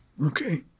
Okay